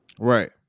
Right